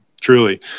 truly